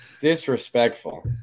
Disrespectful